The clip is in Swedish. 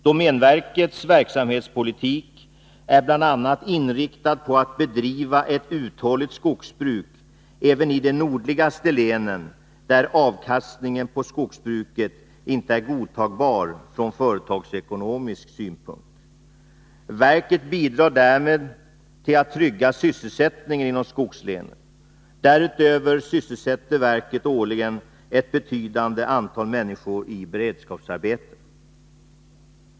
Domänverkets verksamhetspolitik är bl.a. inriktad på att bedriva ett uthålligt skogsbruk även i de nordligaste länen, där avkastningen på skogsbruket inte är godtagbar från företagsekonomisk synpunkt. Verket bidrar därmed till att trygga sysselsättningen inom skogslänen. Därutöver sysselsätter verket årligen ett betydande antal människor i beredskapsarbeten.